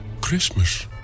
Christmas